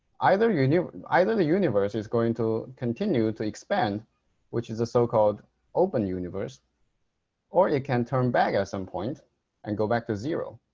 either you know either the universe is going to continue to expand which is a so-called open universe or it can turn back ah some point and go back to zero.